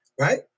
Right